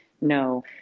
No